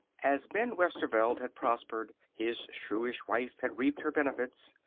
as ben westerveld had prospered, his shrewish wife had reaped her benefits.